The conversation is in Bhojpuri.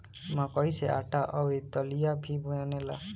मकई से आटा अउरी दलिया भी बनेला